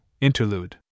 Interlude